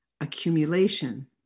accumulation